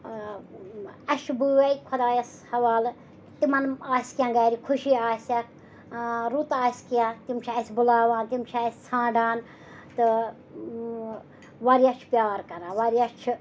اَسہِ چھِ بٲے خۄدایَس حوالہٕ تِمَن آسہِ کینٛہہ گَرِ خُشی آسٮ۪کھ رُت آسہِ کینٛہہ تِم چھِ اَسہِ بُلاوان تِم چھِ اَسہِ ژھانڈان تہٕ واریاہ چھِ پیار کَران واریاہ چھِ